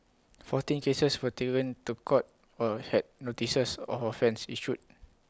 fourteen cases were taken to court or had notices of offence issued